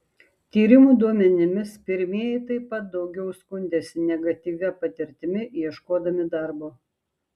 tyrimų duomenimis pirmieji taip pat daugiau skundėsi negatyvia patirtimi ieškodami darbo